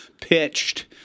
pitched